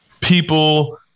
people